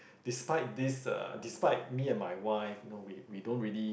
despite this uh despite me and my wife you know we we don't really